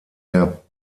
der